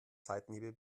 seitenhiebe